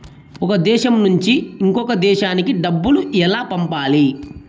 ఒక దేశం నుంచి ఇంకొక దేశానికి డబ్బులు ఎలా పంపాలి?